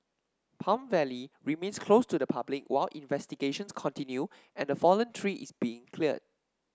Palm Valley remains closed to the public while investigations continue and the fallen tree is being cleared